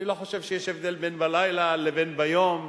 אני לא חושב שיש הבדל בין בלילה לבין ביום,